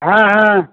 হ্যাঁ হ্যাঁ